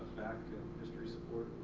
history support